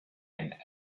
and